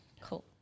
Cool